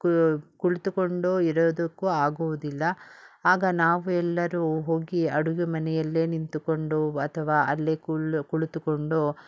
ಕುಳಿತುಕೊಂಡು ಇರೋದಕ್ಕೂ ಆಗುವುದಿಲ್ಲ ಆಗ ನಾವೆಲ್ಲರೂ ಹೋಗಿ ಅಡುಗೆ ಮನೆಯಲ್ಲೇ ನಿಂತುಕೊಂಡು ಅಥವಾ ಅಲ್ಲೇ ಕುಳಿ ಕುಳಿತುಕೊಂಡು